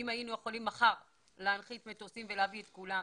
אם היינו יכולים מחר להנחית מטוסים ולהביא את כולם,